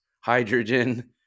hydrogen